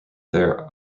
there